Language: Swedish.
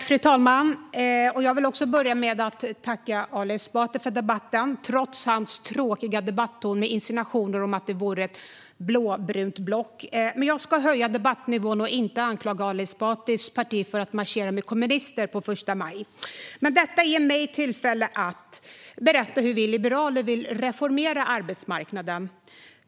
Fru talman! Jag vill börja med att tacka Ali Esbati för debatten, trots hans tråkiga debatton med insinuationer om att det skulle finnas ett blåbrunt block. Jag ska höja debattnivån och inte anklaga Ali Esbatis parti för att marschera med kommunister på första maj. Detta ger mig tillfälle att berätta hur vi liberaler vill reformera arbetsmarknaden.